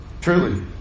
Truly